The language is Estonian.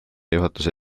juhatuse